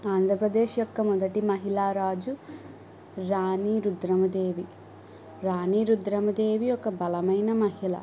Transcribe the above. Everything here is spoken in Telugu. ఆంధ్రప్రదేశ్ యొక్క మొదటి మహిళా రాజు రాణి రుద్రమదేవి రాణి రుద్రమదేవి ఒక బలమైన మహిళ